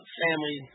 family